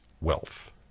wealth